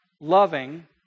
loving